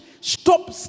stop